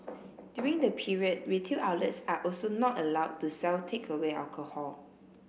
during the period retail outlets are also not allowed to sell takeaway alcohol